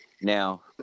Now